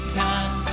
time